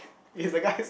is the guys